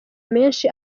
menshi